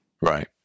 right